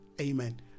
Amen